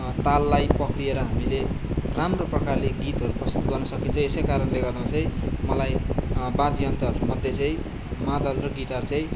ताललाई पक्रिएर हामीले राम्रो प्रकारले गीतहरू प्रस्तुत गर्नु सकिन्छ यसै कारणले गर्दा चाहिँ मलाई वाद्ययन्त्रहरूमध्ये चाहिँ मादल र गिटार चाहिँ